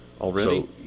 Already